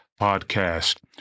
podcast